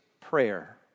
prayer